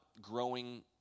growing